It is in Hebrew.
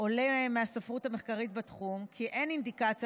עולה מהספרות המחקרית בתחום כי אין אינדיקציה